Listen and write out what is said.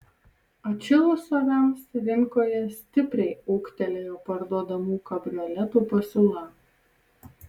atšilus orams rinkoje stipriai ūgtelėjo parduodamų kabrioletų pasiūla